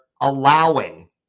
allowing